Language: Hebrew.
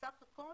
סך הכול